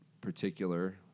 particular